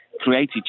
created